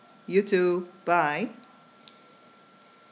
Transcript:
you too bye